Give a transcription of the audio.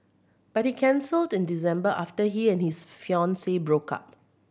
but he cancelled in December after he and his fiancee broke up